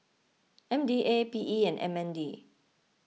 M D A P E and M N D